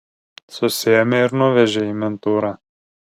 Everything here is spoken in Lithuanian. susėmė ir nuvežė į mentūrą